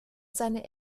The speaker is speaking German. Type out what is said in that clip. seine